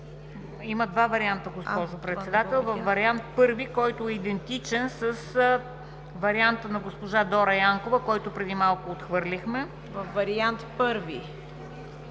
Има два варианта, госпожо Председател. Във вариант първи, който е идентичен с варианта на госпожа Дора Янкова, който преди малко отхвърлихме. ПРЕДСЕДАТЕЛ ЦВЕТА